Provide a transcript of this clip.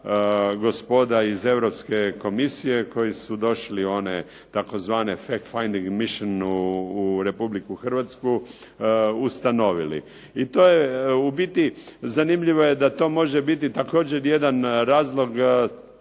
gospoda iz Europske komisije koji su došli one tzv. .../Govornik govori engleski, ne razumije se./... u Republiku Hrvatsku ustanovili. I to je u biti, zanimljivo je da to može biti također jedan razlog